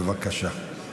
בבקשה.